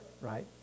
right